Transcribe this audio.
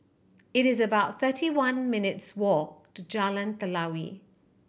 it's about thirty one minutes' walk to Jalan Telawi